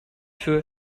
für